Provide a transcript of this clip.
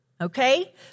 okay